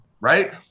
right